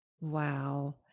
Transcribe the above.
Wow